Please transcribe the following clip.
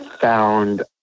found